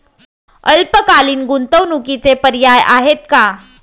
अल्पकालीन गुंतवणूकीचे पर्याय आहेत का?